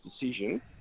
decision